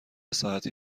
ساعتی